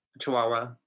Chihuahua